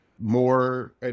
more